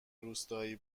روستایی